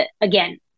again